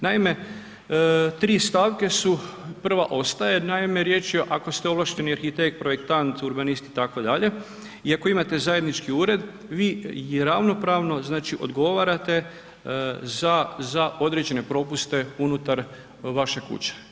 Naime, 3 stavke su, prva ostaje, naime, riječ je ako ste ovlašteni arhitekt, projektant, urbanist, itd., i ako imate zajednički ured, vi i ravnopravno znači odgovarate za određene propuste unutar vaše kuće.